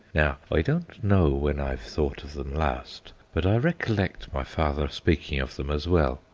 now i don't know when i've thought of them last, but i recollect my father speaking of them as well,